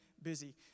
busy